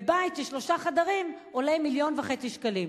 ובית של שלושה חדרים עולה 1.5 מיליון שקלים,